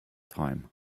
time